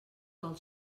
del